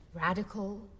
Radical